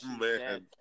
man